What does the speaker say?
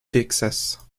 texas